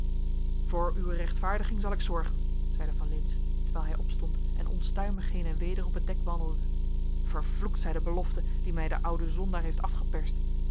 voor uwe rechtvaardiging zal ik zorgen zeide van lintz terwijl hij opstond en onstuimig heen en weder op het dek wandelde vervloekt zij de belofte die mij de oude zondaar heeft